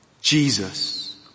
Jesus